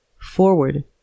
forward